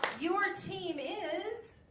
your team is